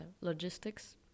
logistics